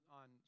on